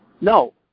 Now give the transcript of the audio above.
no